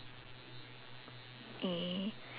eh